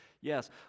yes